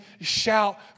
shout